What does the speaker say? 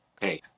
Hey